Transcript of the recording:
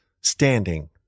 standing